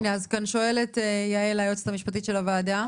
הנה אז שואלת יעל, היועצת המשפטית של הוועדה.